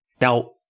Now